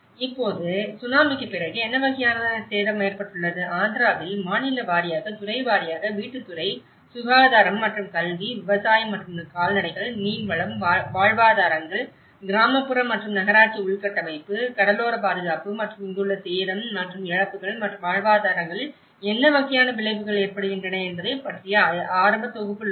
இப்போது சுனாமிக்குப் பிறகு என்ன வகையான சேதம் ஏற்பட்டுள்ளது ஆந்திராவில் மாநில வாரியாக துறை வாரியாக வீட்டுத் துறை சுகாதாரம் மற்றும் கல்வி விவசாயம் மற்றும் கால்நடைகள் மீன்வளம் வாழ்வாதாரங்கள் கிராமப்புற மற்றும் நகராட்சி உள்கட்டமைப்பு கடலோர பாதுகாப்பு மற்றும் இங்குள்ள சேதம் மற்றும் இழப்புகள் மற்றும் வாழ்வாதாரங்களில் என்ன வகையான விளைவுகள் ஏற்படுகின்றன என்பதை பற்றிய ஆரம்ப தொகுப்புள்ளது